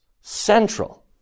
central